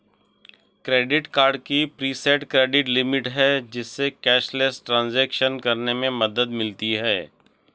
credit card की preset credit limit है, जिससे कैशलेस ट्रांज़ैक्शन करने में मदद मिलती है